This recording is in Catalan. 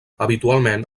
habitualment